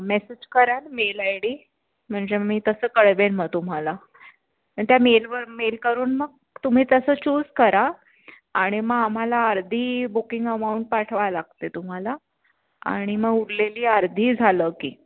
message कराल mail I D म्हणजे मी तसं कळवेन मग तुम्हाला आणि त्या मेलवर मेल करून मग तुम्ही तसं चूज करा आणि मग आम्हाला अर्धी बुकिंग अमाऊंट पाठवायला लागते तुम्हाला आणि मग उरलेली अर्धी झालं की